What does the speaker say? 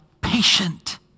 patient